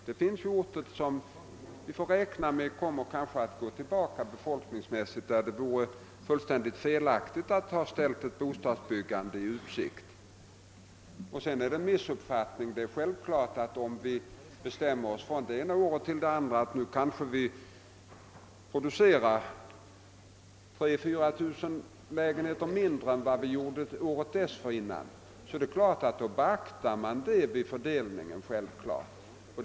Det finns orter vilka man får förutsätta befolkningsmässigt kommer att gå tillbaka och för vilka det vore fullständigt felaktigt att ha ställt ett bostadsbyggande i utsikt. Herr Nilsson gjorde sig vidare skyldig till en missuppfattning. Om vi från det ena året till det andra bestämmer oss för att producera 3 000—24 000 1ägenheter mindre än året dessförinnan, tas det självfallet hänsyn härtill vid fördelningen av kvoterna.